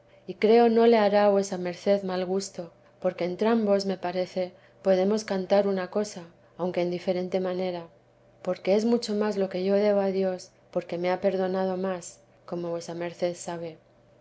y creo no le hará a vuesa merced mal gusto porque entrambos me parece podemos cantar una cosa aunque en diferente manera porque es mucho más lo que yo debo a dios porque me ha perdonado más como vuesa merced sabe